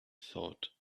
thought